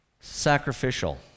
sacrificial